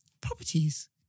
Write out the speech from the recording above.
properties